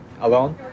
alone